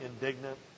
indignant